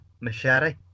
machete